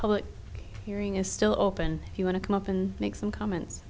public hearing is still open you want to come up and make some comments